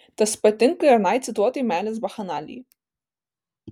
tas pat tinka ir anai cituotai meilės bakchanalijai